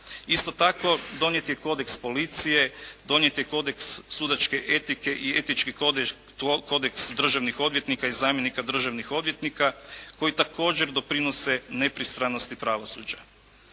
Isto tako donijet je kodeks policije. Donijet je kodeks sudačke etike i etički kodeks državnih odvjetnika i zamjenika državnih odvjetnika koji također doprinose nepristranosti pravosuđa.